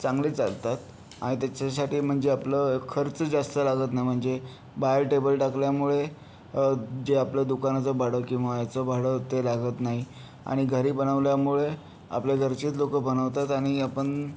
चांगले चालतात अन् त्याच्यासाठी म्हणजे आपलं खर्च जास्त लागत नाही म्हणजे बाहेर टेबल टाकल्यामुळे जे आपल्या दुकानाचं भाडं किंवा याचं भाडं ते लागत नाही आणि घरी बनवल्यामुळे आपल्या घरचेच लोक बनवतात आणि आपण